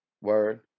Word